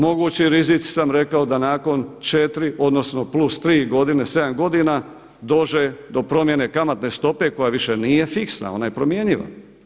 Mogući rizici su da nakon četiri odnosno plus tri godine sedam godina dođe do promjene kamatne stope koja više nije fiksna, ona je promjenjiva.